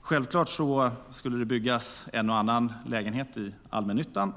Självklart skulle det byggas en och annan lägenhet i allmännyttan,